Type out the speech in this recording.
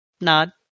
nod